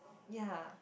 ya